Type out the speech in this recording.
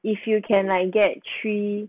if you can like you get three